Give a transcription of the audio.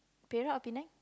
Perak or Penang